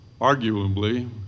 arguably